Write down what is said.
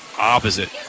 Opposite